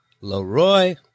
Leroy